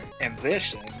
ambition